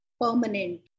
permanent